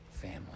family